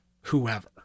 whoever